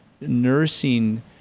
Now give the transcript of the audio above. nursing